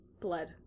Blood